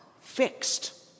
fixed